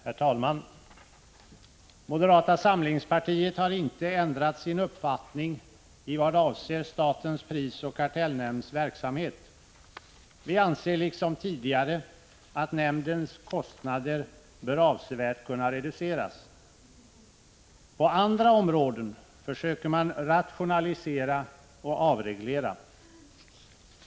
Herr talman! Moderata samlingspartiet har inte ändrat sin uppfattning i vad avser statens prisoch kartellnämnds verksamhet. Vi anser, liksom tidigare, att nämndens kostnader bör kunna reduceras avsevärt. På andra områden försöker man rationalisera och avreglera.